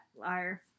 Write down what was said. liar